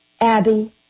Abby